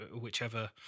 whichever